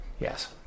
Yes